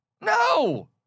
No